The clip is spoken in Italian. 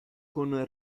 con